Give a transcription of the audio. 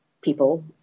people